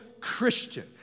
Christian